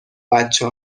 بچه